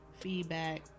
feedback